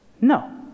No